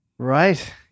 Right